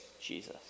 Jesus